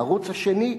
בערוץ השני,